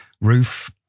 Roof